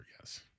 yes